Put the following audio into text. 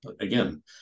again